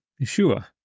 Yeshua